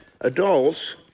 adults